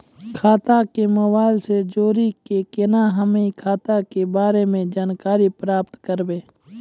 खाता के मोबाइल से जोड़ी के केना हम्मय खाता के बारे मे जानकारी प्राप्त करबे?